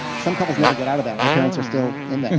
some couples never get out of that. my parents are still in